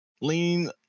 lean